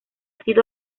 sido